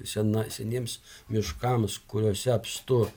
sena seniems miškams kuriuose apstu